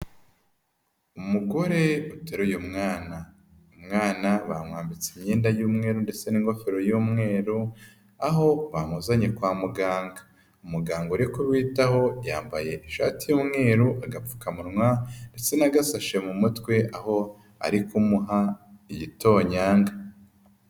Umugore uteruye umwana. Umwana bamwambitse imyenda y'umweru ndetse n'ingofero y'umweru, aho bamuzanye kwa muganga. Umuganga uri kubitaho yambaye ishati y'umweru, agapfukamunwa ndetse n'agasashe mu mutwe aho ari kumuha igitonyanga.